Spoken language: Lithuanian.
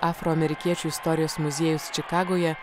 afroamerikiečių istorijos muziejus čikagoje